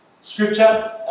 scripture